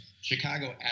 Chicago